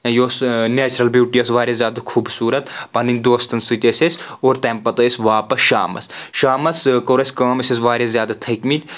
یہِ اوس natural beauty ٲس واریاہ زیادٕ خوٗبصوٗرت پَنٕنۍ دوستن سۭتۍ ٲسۍ أسۍ اور تَمہِ پَتہٕ ٲسۍ واپس شامس شامس کوٚر اسہِ کٲم أسۍ ٲسۍ واریاہ زیادٕ تھٔکۍ مٕتۍ